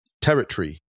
territory